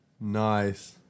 nice